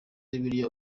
bibiliya